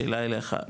שאלה אליך,